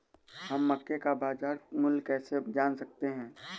हम मक्के का बाजार मूल्य कैसे जान सकते हैं?